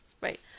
Right